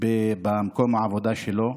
במקום העבודה שלו.